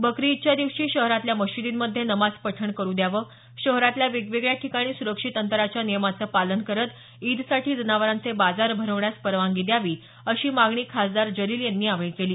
बकरी ईदच्या दिवशी शहरातल्या मशिदींमध्ये नमाज पठण करु द्यावे शहरातल्या वेगवेगळ्या ठिकाणी सुरक्षित अंतराच्या नियमाचं पालन करत ईदसाठी जनावरांचे बाजार भरवण्यास परवानगी द्यावी अशी मागणीही खासदार जलील यांनी यावेळी केली